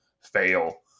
fail